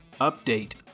update